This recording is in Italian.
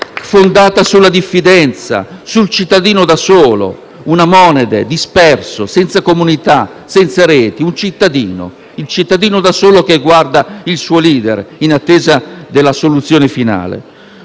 fondata sulla diffidenza, sul cittadino da solo, una monade, disperso, senza comunità e senza reti. *(Applausi dal Gruppo PD)*. Un cittadino da solo che guarda il suo *leader* in attesa della soluzione finale.